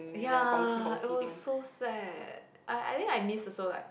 ya it was so sad I I think I miss also like